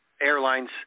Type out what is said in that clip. airlines